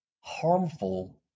harmful